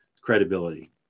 credibility